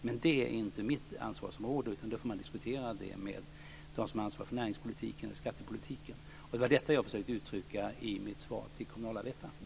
Men detta är inte mitt ansvarsområde, utan det får diskuteras med dem som har ansvar för näringspolitiken och skattepolitiken. Det var detta som jag försökte uttrycka i mitt svar till Kommunalarbetaren.